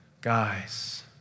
Guys